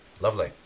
Lovely